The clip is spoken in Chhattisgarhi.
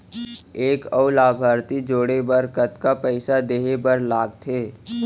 एक अऊ लाभार्थी जोड़े बर कतका पइसा देहे बर लागथे?